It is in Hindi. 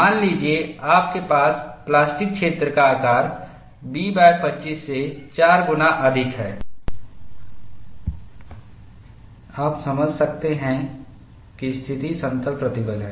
मान लीजिए आपके पास प्लास्टिक क्षेत्र का आकार B25 से 4 गुना अधिक है आप समझ सकते हैं कि स्थिति समतल प्रतिबल है